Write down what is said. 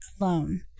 alone